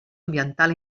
ambiental